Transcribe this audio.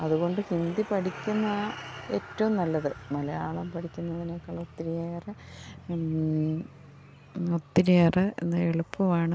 അതു കൊണ്ട് ഹിന്ദി പഠിക്കുന്ന എറ്റവും നല്ലത് മലയാളം പഠിക്കുന്നതിനേക്കാളൊത്തിരിയേറെ ഒത്തിരിയേറെ ഇന്ന് എളുപ്പമാണ്